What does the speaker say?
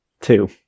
two